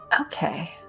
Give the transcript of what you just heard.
Okay